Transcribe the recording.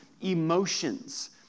emotions